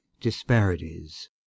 disparities